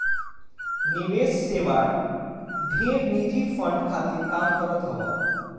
निवेश सेवा ढेर निजी फंड खातिर काम करत हअ